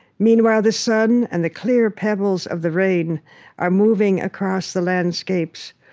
meanwhile the sun and the clear pebbles of the rain are moving across the landscapes,